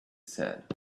said